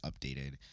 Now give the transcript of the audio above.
updated